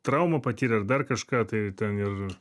traumą patyrė ar dar kažką tai ten ir